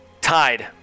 tied